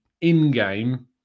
in-game